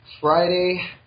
Friday